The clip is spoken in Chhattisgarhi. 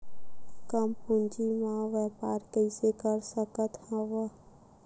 कम पूंजी म व्यापार कइसे कर सकत हव?